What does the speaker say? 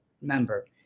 member